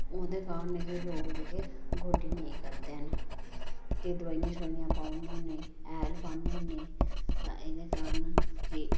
ओहदे थां लोक जेह्के गोड्डी नेईं करदे हैन एह् दुआइयां छुआइयां पाऊ उड़ने होन्ने हैल पान्ने होन्ने ते इयां कारण एह्